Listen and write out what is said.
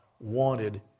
wanted